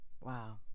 Wow